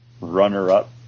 runner-up